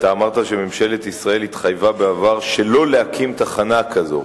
אמרת שממשלת ישראל התחייבה בעבר שלא להקים תחנה כזו.